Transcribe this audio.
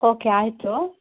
okay ಆಯಿತು